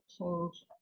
change